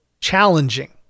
challenging